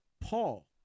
Paul